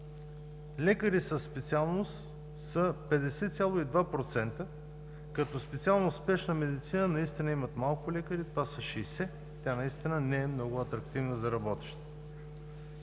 лекари със специалност са 50,2%, като специалност „спешна медицина“ наистина имат малко лекари, това са 60, тя наистина не е много атрактивна за работещите.